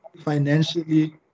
financially